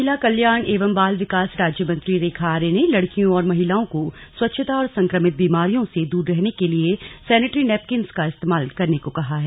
महिला कल्याण एवं बाल विकास राज्यमंत्री रेखा आर्य ने लड़कियों और महिलाओं को स्वच्छता और संक्रमित बीमारियों से दूर रहने के लिए सैनेट्री नैपकिन का इस्तेमाल करने को कहा है